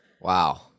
Wow